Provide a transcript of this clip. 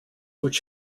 which